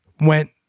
went